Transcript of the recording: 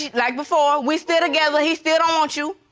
like before, we still together, he still don't want you.